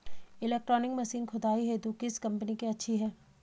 Electronic machine खुदाई हेतु किस कंपनी की अच्छी है?